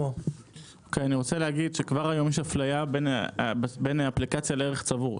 כבר היום יש אפליה בין האפליקציה לערך צבור.